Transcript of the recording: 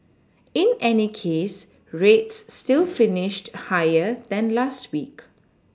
in any case rates still finished higher than last week